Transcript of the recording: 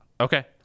Okay